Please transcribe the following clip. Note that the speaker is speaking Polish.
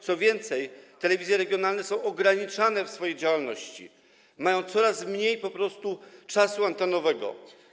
Co więcej, telewizje regionalne są ograniczane w swojej działalności, mają coraz mniej czasu antenowego.